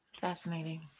Fascinating